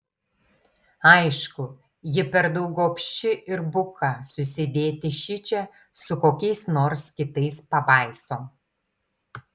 aišku ji per daug gobši ir buka susidėti šičia su kokiais nors kitais pabaisom